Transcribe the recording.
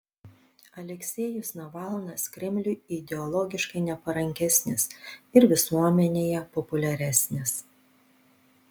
aleksejus navalnas kremliui ideologiškai neparankesnis ir visuomenėje populiaresnis